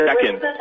second